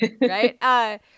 Right